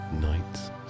nights